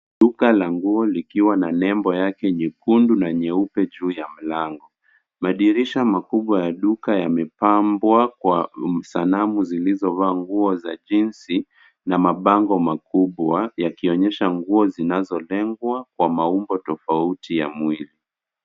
Duka la nguo likiwa na nembo yake nyekundu na nyeupe juu ya mlango yake. Madirisha makubwa ya duka yamepambwa kwa sanamu zilizovaa nguo za jeans na mabango makubwa yakionyesha nguo zinazolengwa kwa maumbo tofauti ya mwili.